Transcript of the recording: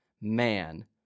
Man